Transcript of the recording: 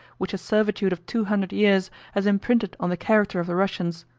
which a servitude of two hundred years has imprinted on the character of the russians.